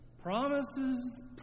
promises